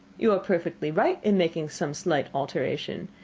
you are perfectly right in making some slight alteration.